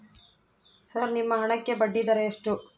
Sir ನಿಮ್ಮ ಹಣಕ್ಕೆ ಬಡ್ಡಿದರ ಎಷ್ಟು?